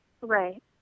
Right